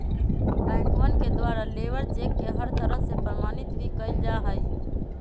बैंकवन के द्वारा लेबर चेक के हर तरह से प्रमाणित भी कइल जा हई